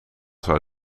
zou